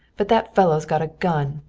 but that fellow's got a gun.